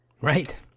Right